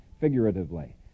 figuratively